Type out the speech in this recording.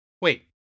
Wait